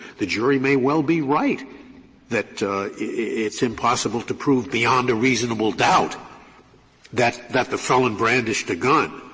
the jury may well be right that it's impossible to prove beyond a reasonable doubt that that the felon brandished a gun,